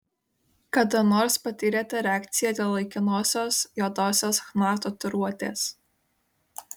kada nors patyrėte reakciją dėl laikinosios juodosios chna tatuiruotės